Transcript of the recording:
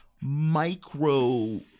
micro